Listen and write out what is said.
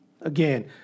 Again